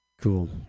Cool